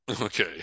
Okay